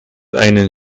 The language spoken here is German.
einen